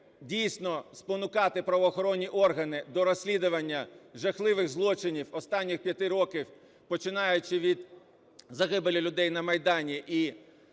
дійсно спонукати правоохоронні органи до розслідування жахливих злочинів останніх 5 років, починаючи від загибелі людей на Майдані